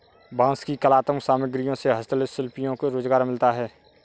बाँस की कलात्मक सामग्रियों से हस्तशिल्पियों को रोजगार मिलता है